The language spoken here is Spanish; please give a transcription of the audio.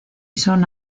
son